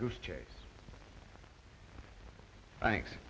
goose chase thanks